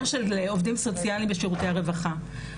של העובדים הסוציאליים בשירותי הרווחה.